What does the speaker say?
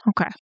Okay